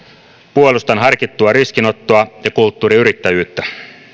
puolustan harkittua riskinottoa ja kulttuuriyrittäjyyttä